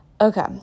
Okay